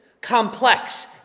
Complex